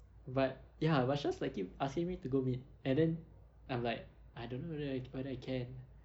but ya rashal's like keep asking me to go meet and then I'm like I don't know whethe~ whether I can